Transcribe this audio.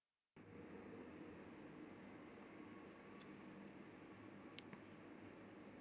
ya